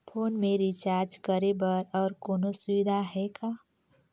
Phone मे recharge करे बर और कोनो सुविधा है कौन?